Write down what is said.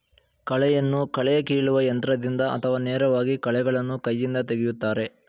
ಕಳೆಯನ್ನು ಕಳೆ ಕೀಲುವ ಯಂತ್ರದಿಂದ ಅಥವಾ ನೇರವಾಗಿ ಕಳೆಗಳನ್ನು ಕೈಯಿಂದ ತೆಗೆಯುತ್ತಾರೆ